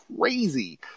crazy